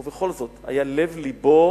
ובכל זאת, היה לב-לבו